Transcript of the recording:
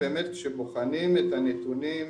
כשבוחנים את הנתונים,